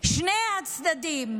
שני הצדדים,